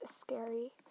scary